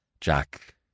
Jack